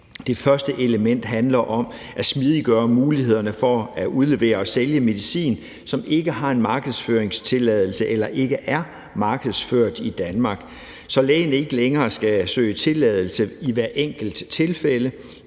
Det første element handler om at smidiggøre mulighederne for at udlevere og sælge medicin, som ikke har en markedsføringstilladelse eller ikke er markedsført i Danmark, så lægen ikke længere skal søge tilladelse i hvert enkelt tilfælde.